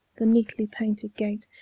the neatly painted gate,